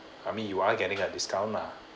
I mean you are getting a discount lah